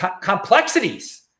complexities